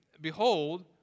Behold